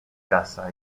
casa